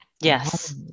Yes